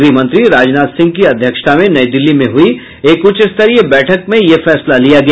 गृह मंत्री राजनाथ सिंह की अध्यक्षता में नई दिल्ली में हुयी एक उच्च स्तरीय बैठक में यह फैसला लिया गया